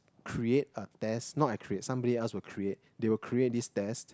create a test not I create somebody else will create they will create this test